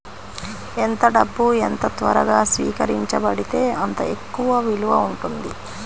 ఎంత డబ్బు ఎంత త్వరగా స్వీకరించబడితే అంత ఎక్కువ విలువ ఉంటుంది